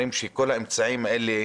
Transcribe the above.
וכבר אומרים שכל האמצעים האלה,